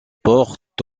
portent